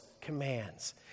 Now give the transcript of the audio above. commands